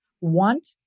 want